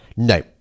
No